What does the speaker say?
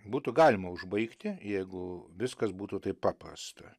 būtų galima užbaigti jeigu viskas būtų taip paprasta